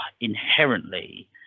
inherently